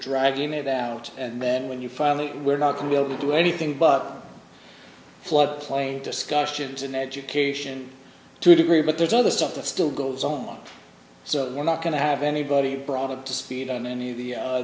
dragging it out and then when you finally we're not to be able to do anything but floodplain discussions in education to a degree but there's other stuff that still goes on so we're not going to have anybody brought up to speed on any of the